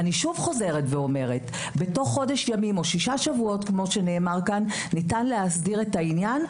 אני חוזרת - בתוך שישה שבועת ניתן להסדיר את העניין.